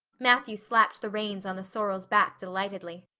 matthew slapped the reins on the sorrel's back delightedly.